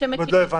אם עוד לא הבנתם.